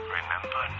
Remember